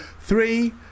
Three